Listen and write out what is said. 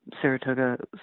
saratoga